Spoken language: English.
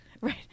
Right